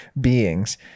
beings